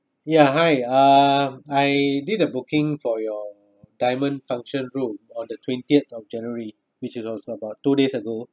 ya hi um I did a booking for your diamond function room on the twentieth of january which is also about two days ago